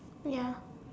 ya